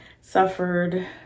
suffered